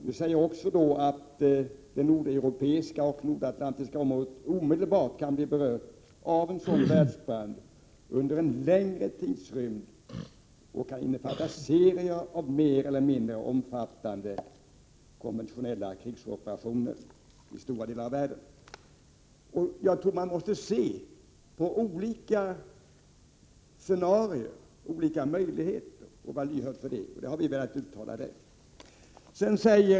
Vi säger också att det nordeuropeiska och nordatlantiska området omedelbart kan bli berört av en sådan världsbrand, som under en längre tidrymd kan innefatta serier av mer eller mindre omfattande konventionella krigsoperationer i stora delar av världen. Man måste studera olika scenarier och vara lyhörd för de slutsatser de leder till.